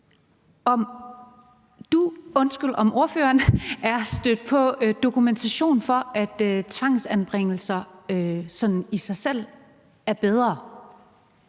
Mette Thiesen, om hun er stødt på dokumentation for, at tvangsanbringelser sådan i sig selv er bedre.